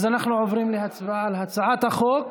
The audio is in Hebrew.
אז אנחנו עוברים להצבעה על הצעת חוק